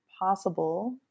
possible